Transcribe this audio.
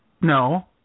no